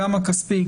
גם הכספי,